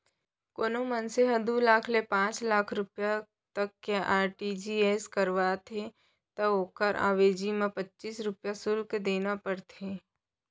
कोनों मनसे ह दू लाख ले पांच लाख रूपिया तक के आर.टी.जी.एस करावत हे त ओकर अवेजी म पच्चीस रूपया सुल्क देना परथे